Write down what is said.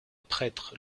prêtre